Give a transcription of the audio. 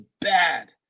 bad